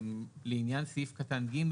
לעניין סעיף קטן (ג),